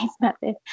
method